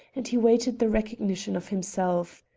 and he waited the recognition of himself.